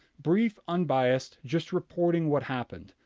brief, unbiased, just reporting what happened.